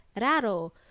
raro